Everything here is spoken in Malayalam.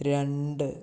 രണ്ട്